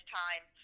time